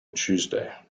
tuesday